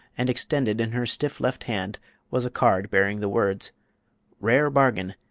and extended in her stiff left hand was a card bearing the words rare bargin!